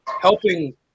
helping